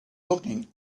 looking